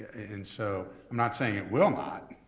and so i'm not saying it will not.